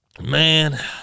Man